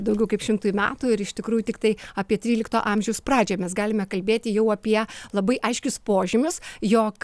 daugiau kaip šimtui metų ir iš tikrųjų tiktai apie trylikto amžiaus pradžią mes galime kalbėti jau apie labai aiškius požymius jog